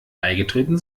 beigetreten